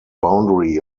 boundary